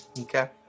Okay